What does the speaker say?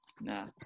Nah